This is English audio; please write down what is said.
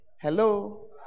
Hello